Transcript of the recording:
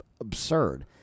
absurd